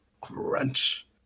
crunch